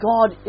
God